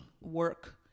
work